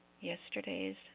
Yesterday's